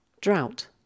Drought